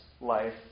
life